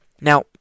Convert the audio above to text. Now